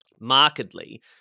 markedly